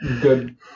good